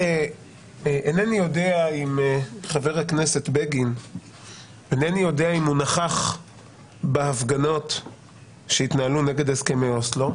אינני יודע אם חבר הכנסת בגין נכח בהפגנות שהתנהלו נגד הסכמי אוסלו.